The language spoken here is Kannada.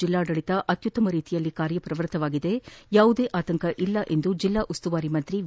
ಜಲ್ಲಾಡಳಿತ ಅತ್ಯುತ್ತಮ ರೀತಿಯಲ್ಲಿ ಕಾರ್ಯ ಪ್ರವೃತ್ತವಾಗಿದೆ ಯಾವುದೇ ಆತಂಕ ಇಲ್ಲ ಎಂದು ಜಿಲ್ಲಾ ಉಸ್ತುವಾರಿ ಸಚಿವ ವಿ